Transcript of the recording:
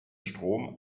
strom